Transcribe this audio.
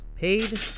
Paid